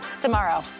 tomorrow